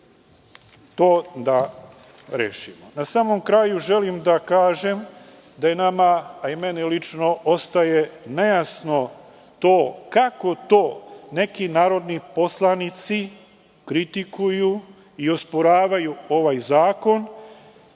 da to rešimo. Na samom kraju želim da kažem da nama, a i meni lično, ostaje nejasno kako to neki narodni poslanici kritikuju i osporavaju ovaj zakon